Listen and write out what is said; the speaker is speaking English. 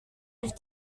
have